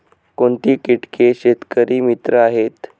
कोणती किटके शेतकरी मित्र आहेत?